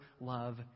love